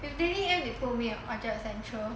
if they need em they will put me at orchard central